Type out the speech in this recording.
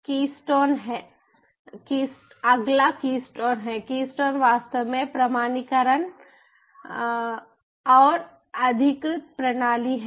तो अगले कीस्टोन है कीस्टोन वास्तव में प्रमाणीकरण और अधिकृत प्रणाली है